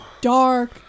dark